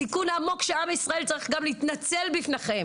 תיקון עמוק שעם ישראל צריך גם להתנצל בפניכם,